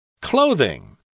Clothing